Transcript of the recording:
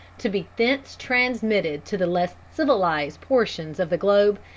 to be thence transmitted to the less civilized portions of the globe,